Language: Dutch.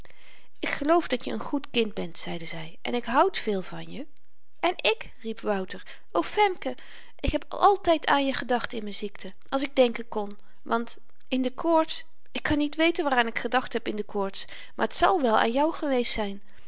ik geloof dat je n goed kind bent zeide zy en ik houd veel van je en ik riep wouter o femke ik heb altyd aan je gedacht in m'n ziekte als ik denken kon want in de koorts ik kan niet weten waaraan ik gedacht heb in de koorts maar t zal wel aan jou geweest zyn